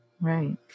Right